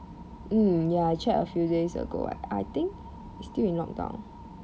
mm ya I checked a few days ago I think still in lockdown